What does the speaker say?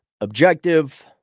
objective